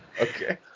Okay